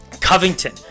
Covington